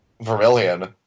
Vermillion